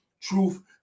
truth